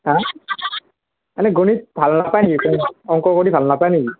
হা মানে গণিত ভাল নাপায় নেকি অংক কৰি ভাল নাপায় নেকি